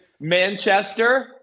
Manchester